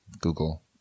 Google